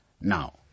Now